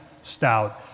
stout